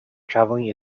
traveling